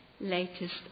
latest